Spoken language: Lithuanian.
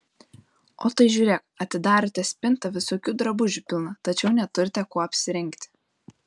o tai žiūrėk atidarote spintą visokių drabužių pilna tačiau neturite kuo apsirengti